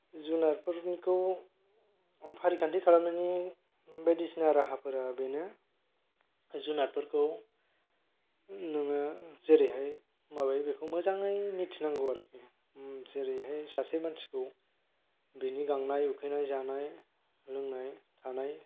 जुनारफोरखौ फारिखान्थि खालामनायनि बायदिसिना राहाफोरा बेनो जुनारफोरखौ नोङो जेरैहाय माबायो बेखौ मोजाङै मिथिनांगौ आरोखि जेरैहाय सासे मानसिखौ बिनि गांनाय उखैनाय जानाय लोंनाय थानाय